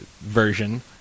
version